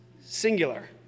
Singular